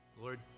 Lord